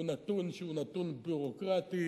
הוא נתון שהוא נתון ביורוקרטי,